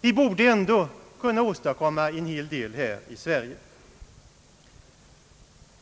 vi borde ändå kunna åstadkomma en hel del här i Sverige.